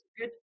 good